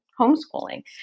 homeschooling